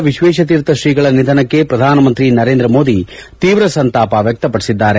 ವಿಶ್ವೇಶತೀರ್ಥ ಶ್ರೀಗಳ ನಿಧನಕ್ಕೆ ಪ್ರಧಾನಮಂತ್ರಿ ನರೇಂದ್ರ ಮೋದಿ ತೀವ್ರ ಸಂತಾಪ ವ್ಯಕ್ತಪಡಿಸಿದ್ದಾರೆ